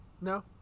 No